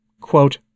Quote